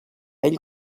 ell